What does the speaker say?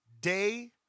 day